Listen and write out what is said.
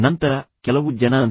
ತದನಂತರ ಕೆಲವು ಜನರಂತೆ